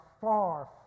far